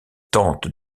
tente